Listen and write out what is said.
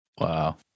Wow